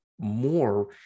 more